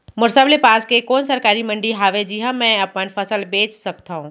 मोर सबले पास के कोन सरकारी मंडी हावे जिहां मैं अपन फसल बेच सकथव?